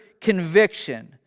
conviction